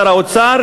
שר האוצר,